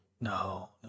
No